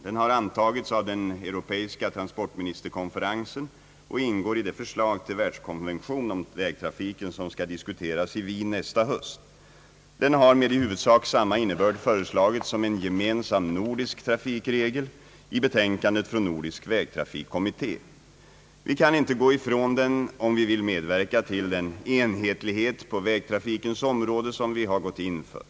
Den har antagits av den europeiska transportministerkonferensen och ingår i det förslag till världskonvention om vägtrafiken som skall diskuteras i Wien nästa höst. Den har med i huvudsak samma innebörd föreslagits som en gemensam nordisk trafikregel i betänkandet från nordisk vägtrafikkommitté. Vi kan inte gå ifrån den om vi vill medverka till den enhetlighet på vägtrafikens område som vi har gått in för.